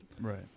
Right